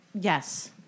yes